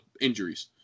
injuries